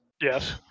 Yes